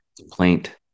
complaint